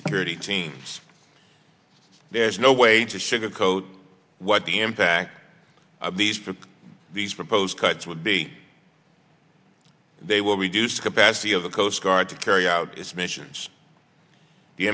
security teams there's no way to sugarcoat what the impact of these proposed cuts would be they will reduce capacity of the coast guard to carry out its missions the